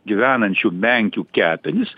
gyvenančių menkių kepenys